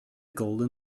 golden